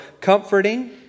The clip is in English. comforting